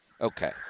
Okay